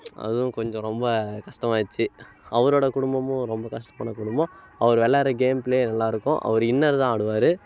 அதுவும் கொஞ்சம் ரொம்ப கஷ்டமாயிடுச்சி அவரோட குடும்பமும் ரொம்ப கஷ்டப்பட்ட குடும்பம் அவர் விளாட்ற கேம் பிளே நல்லா இருக்கும் அவர் இன்னர் தான் ஆடுவார்